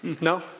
No